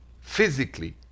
physically